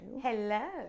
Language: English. Hello